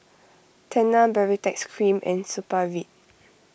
Tena Baritex Cream and Supravit